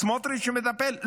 סמוטריץ' מטפל?